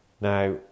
Now